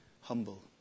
humble